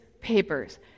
papers